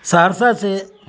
سہرسہ سے